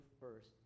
first